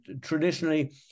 traditionally